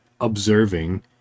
observing